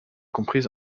comprise